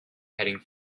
heading